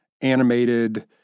animated